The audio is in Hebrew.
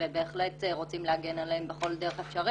ובהחלט רוצים להגן עליהם בכל דרך אפשרית.